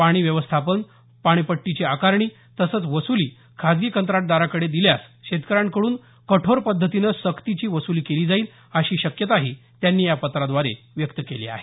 पाणी व्यवस्थापन पाणी पट्टीची आकारणी तसंच वसुली खासगी कंत्राटदाराकडे दिल्यास शेतकऱ्यांकडून कठोर पद्धतीनं सक्तीची वसुली केली जाईल अशी शक्यताही त्यांनी या पत्राद्वारे व्यक्त केली आहे